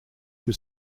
was